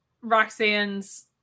Roxanne's